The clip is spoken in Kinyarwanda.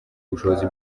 ubushobozi